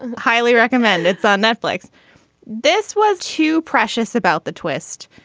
and highly recommended. it's on netflix this was too precious about the twist.